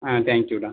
ஆ தேங்க்யூடா